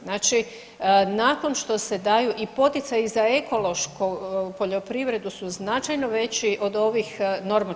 Znači, nakon što se daju i poticaji za ekološku poljoprivredu su značajno veći od ovih normi.